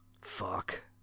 Fuck